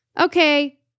Okay